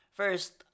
first